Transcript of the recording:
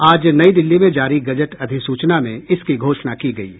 आज नई दिल्ली में जारी गजट अधिसूचना में इसकी घोषणा की गई है